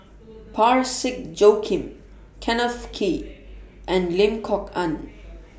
Parsick Joaquim Kenneth Kee and Lim Kok Ann